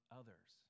others